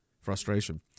frustration